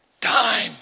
Time